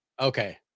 okay